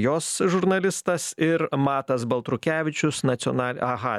jos žurnalistas ir matas baltrukevičius nacional aha